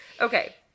Okay